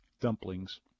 dumplings